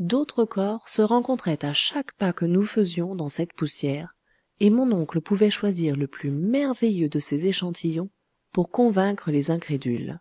d'autres corps se rencontraient à chaque pas que nous faisions dans cette poussière et mon oncle pouvait choisir le plus merveilleux de ces échantillons pour convaincre les incrédules